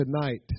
tonight